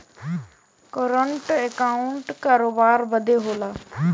current account करोबार बदे होला